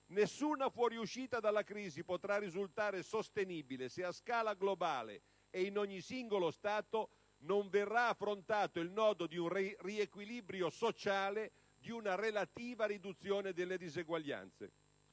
nessuna fuoriuscita dalla crisi potrà risultare sostenibile se a scala globale ed in ogni singolo Stato non verrà affrontato il nodo di un riequilibrio sociale di una relativa riduzione delle diseguaglianze.